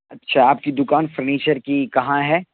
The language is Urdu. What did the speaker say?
اچھا آپ کی دکان فرنیچر کی کہاں ہے